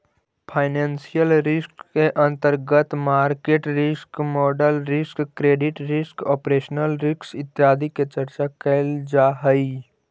financial risk के अंतर्गत market risk, model risk, credit risk, operational risk इत्यादि के चर्चा कैल जा हई